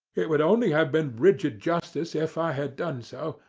it would only have been rigid justice if i had done so,